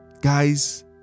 Guys